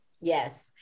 Yes